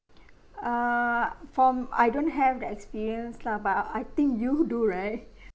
err for m~ I don't have the experience lah but I I think you do right